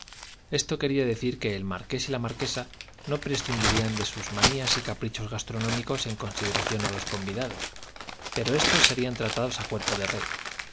esto quería decir que el marqués y la marquesa no prescindirían de sus manías y caprichos gastronómicos en consideración a los convidados pero estos serían tratados a cuerpo de rey